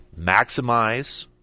maximize